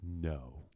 no